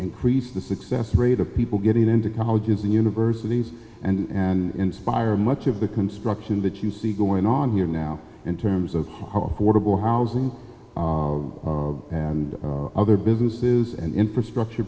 increase the success rate of people getting into colleges and universities and inspire much of the construction that you see going on here now in terms of whole housing and other businesses and infrastructure